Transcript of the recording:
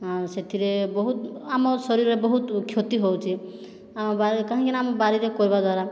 ଆଉ ସେଥିରେ ବହୁତ ଆମ ଶରୀର ବହୁତ କ୍ଷତି ହେଉଛି ଆମ ବାରି କାହିଁକିନା ଆମ ବାରିରେ କରିବା ଦ୍ଵାରା